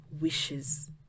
wishes